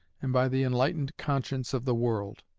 and by the enlightened conscience of the world.